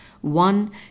One